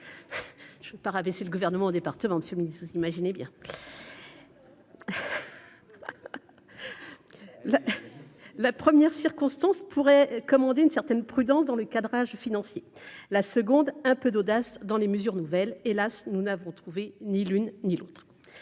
pardon je pas rabaisser le gouvernement au département, monsieur le Ministre, vous imaginez bien la la première circonstances pourrait commander une certaine prudence dans le cadrage financier, la seconde un peu d'audace dans les mesures nouvelles, hélas, nous n'avons trouvé ni l'une ni l'autre,